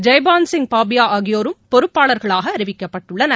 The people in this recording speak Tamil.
ஜெய்பான்சிங் பாபியா ஆகியோரும் பொறுப்பாளர்களாக அறிவிக்கப்பட்டுள்ளனர்